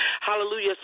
hallelujah